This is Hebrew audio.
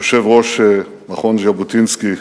יושב-ראש מכון ז'בוטינסקי,